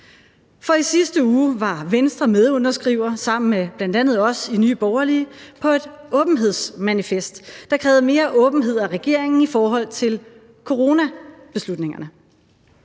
for i sidste uge var Venstre medunderskrivere sammen med bl.a. os i Nye Borgerlige på et åbenhedsmanifest, der krævede mere åbenhed af regeringen i forhold til coronabeslutningerne.